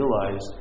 realized